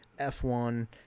F1